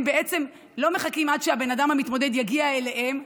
הם לא מחכים עד שהאדם המתמודד יגיע אליהם,